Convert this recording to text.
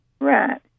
Right